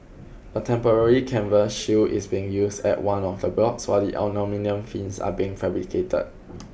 a temporary canvas shield is being used at one of the blocks while the aluminium fins are being fabricated